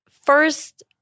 First